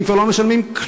הם כבר לא משלמים כלום,